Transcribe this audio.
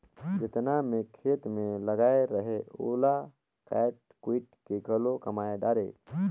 जेतना मैं खेत मे लगाए रहें ओला कायट कुइट के घलो कमाय डारें